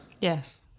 Yes